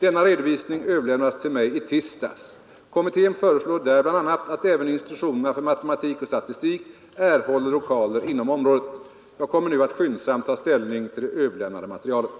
Denna redovisning överlämnades till mig i tisdags. Kommittén föreslår där bl.a. att även institutionerna för matematik och statistik erhåller lokaler inom området. Jag kommer nu att skyndsamt ta ställning till det överlämnade materialet.